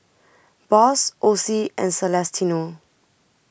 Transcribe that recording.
Boss Osie and Celestino